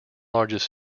largest